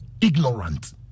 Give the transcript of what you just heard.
ignorant